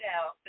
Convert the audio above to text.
out